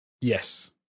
Yes